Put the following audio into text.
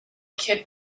kid